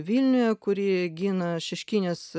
vilniuje kurį gina šeškinės